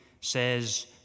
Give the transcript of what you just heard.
says